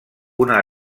una